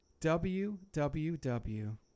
WWW